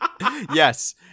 yes